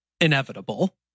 inevitable